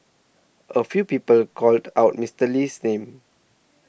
a few people called out Mister Lee's name